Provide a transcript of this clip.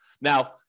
Now